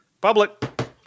Public